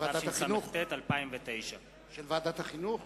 התשס"ט 2009. של ועדת החינוך?